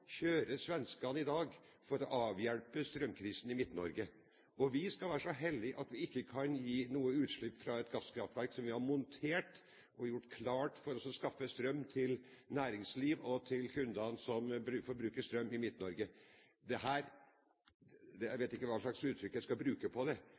kjøre dem. De kraftverkene kjører svenskene i dag for å avhjelpe strømkrisen i Midt-Norge. Og så skal vi være så hellige at vi ikke kan ha noe utslipp fra et gasskraftverk som vi har montert og gjort klart for å skaffe strøm til næringslivet og andre kunder i Midt-Norge! Jeg vet ikke hva slags uttrykk jeg skal bruke på dette, men jeg synes det